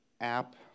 app